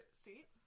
seat